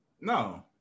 No